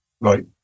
right